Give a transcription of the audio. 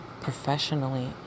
professionally